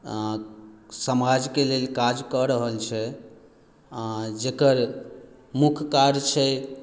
समाजके लेल काज कऽ रहल छै जकर मुख्य कार्य छै